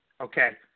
okay